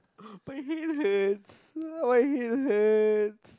my head hurts why hit head